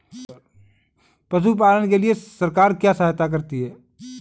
पशु पालन के लिए सरकार क्या सहायता करती है?